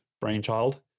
brainchild